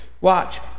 Watch